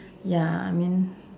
ya I mean